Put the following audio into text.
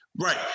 Right